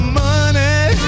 money